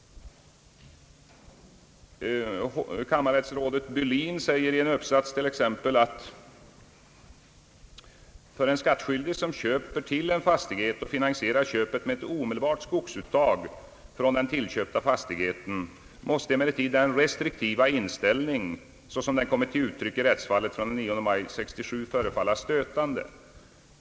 Kammarrättsrådet Hans Bylin har t.ex. i en uppsats uttalat: »För en skattskyldig, som köper till en fastighet och finansierar köpet med ett omedelbart skogsuttag från den tillköpta fastigheten, måste emellertid den restriktiva inställning såsom den kommit till uttryck i rättsfallet från den 9 maj 1967 förefalla stötande.